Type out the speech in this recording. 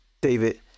David